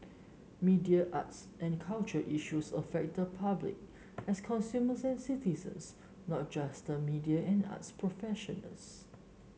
media arts and culture issues affect the public as consumers and citizens not just the media and arts professionals